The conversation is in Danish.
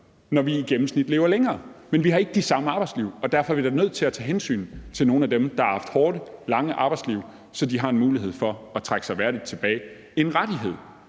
når vi i gennemsnit lever længere. Men vi har ikke de samme arbejdsliv, og derfor er vi da nødt til at tage hensyn til nogle af dem, der har haft hårde, lange arbejdsliv, så de har en mulighed for at trække sig værdigt tilbage – en rettighed